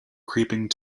creeping